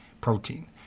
protein